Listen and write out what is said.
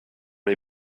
les